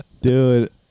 Dude